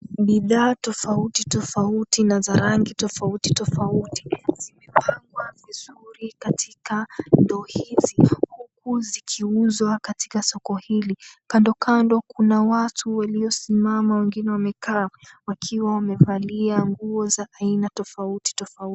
Bithaa tofauti tofauti na za rangi tofauti tofauti zimepangwa vizuri katika ndoo hizi huku zikiuzwa katika soko hili kando kando kuna watu walio simama na wengine walio kaa wakiwa wamevalia nguo za aina tofauti tofauti.